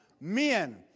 men